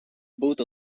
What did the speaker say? both